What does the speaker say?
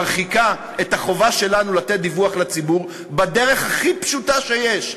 מרחיקה את החובה שלנו לתת דיווח לציבור בדרך הכי פשוטה שיש,